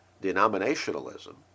denominationalism